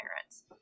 parents